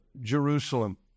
Jerusalem